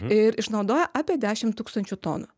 ir išnaudoja apie dešim tūkstančių tonų